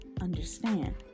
understand